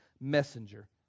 messenger